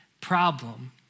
problem